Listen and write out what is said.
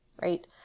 right